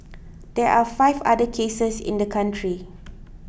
there are five other cases in the country